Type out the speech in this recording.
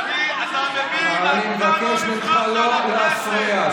אני מבקש ממך לא להפריע.